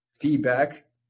feedback